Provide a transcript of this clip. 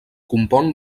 compon